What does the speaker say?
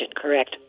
correct